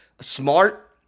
smart